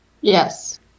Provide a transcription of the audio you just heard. Yes